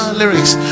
lyrics